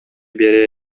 бере